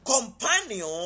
companion